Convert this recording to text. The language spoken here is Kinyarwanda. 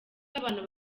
abantu